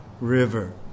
river